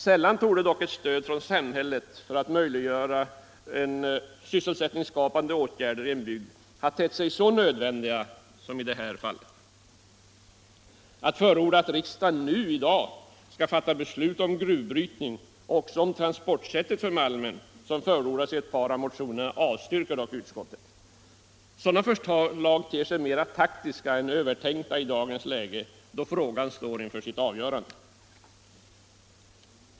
Sällan torde dock ett stöd från samhället till sysselsättningsskapande åtgärder i en bygd tett sig så nödvändiga som i det här fallet. Att förorda att riksdagen nu skall fatta beslut om gruvbrytning och även om transportsättet för malmen, som förordas i ett par av motionerna, avstyrker dock utskottet. Sådana förslag ter sig mer taktiska än övertänkta i dagens läge, då frågan står inför sitt avgörande.